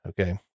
Okay